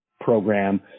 Program